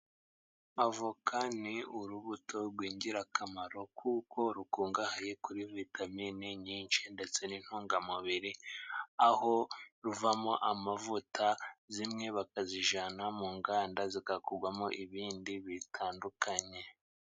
Avoka ni urubuto rwingirakamaro kuko rukungahaye kuri vitamine nyinshi ndetse n'intungamubiri, aho ruvamo amavuta zimwe bakazijyana mu nganda zigakugwamo ibindi bitandukanye.